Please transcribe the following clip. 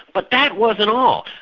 but that wasn't all.